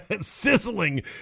Sizzling